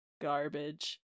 garbage